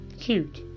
cute